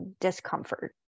discomfort